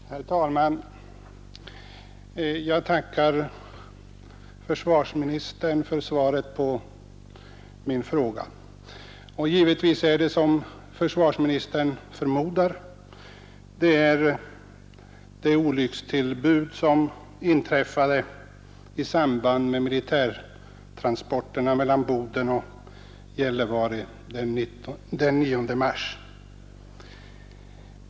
Herr talman! Jag tackar försvarsministern för svaret på min fråga. Som försvarsministern förmodar, är frågan föranledd av det olyckstillbud som inträffade i samband med militärtransporterna mellan Boden och Gällivare den 9 mars.